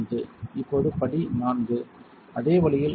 இப்போது படி IV அதே வழியில் அடுத்த படி